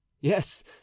Yes